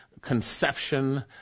conception